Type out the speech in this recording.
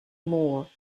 more